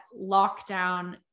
lockdown